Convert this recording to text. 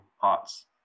parts